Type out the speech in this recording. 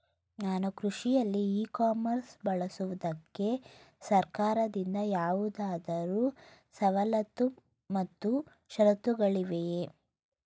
ನಾನು ಕೃಷಿಯಲ್ಲಿ e commerce ಬಳಸುವುದಕ್ಕೆ ಸರ್ಕಾರದಿಂದ ಯಾವುದಾದರು ಸವಲತ್ತು ಮತ್ತು ಷರತ್ತುಗಳಿವೆಯೇ?